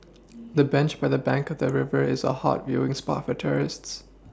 the bench by the bank of the river is a hot viewing spot for tourists